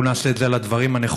בואו נעשה את זה על הדברים הנכונים.